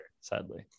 sadly